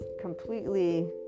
completely